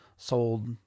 sold